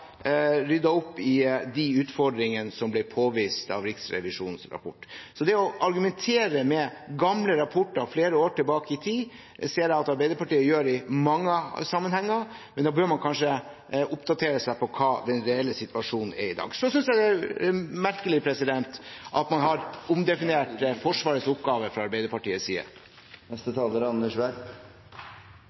ryddet opp i de utfordringene som ble påvist i Riksrevisjonens rapport. Å argumentere med gamle rapporter fra flere år tilbake i tid er noe jeg ser at Arbeiderpartiet gjør i mange sammenhenger. Men da bør man kanskje oppdatere seg på hva den reelle situasjonen er i dag. Så synes jeg det er merkelig at man har omdefinert Forsvarets oppgave fra Arbeiderpartiets side. Da er